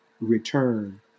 return